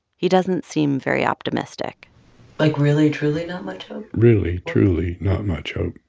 he doesn't seem very optimistic like really, truly not much hope? really, truly not much hope.